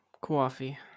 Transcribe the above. Coffee